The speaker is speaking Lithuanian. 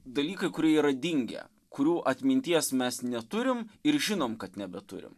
dalykai kurie yra dingę kurių atminties mes neturim ir žinom kad nebeturim